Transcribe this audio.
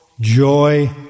joy